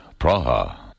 Praha